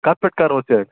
کَتھ پٮ۪ٹھ کَرہو سینٛڈ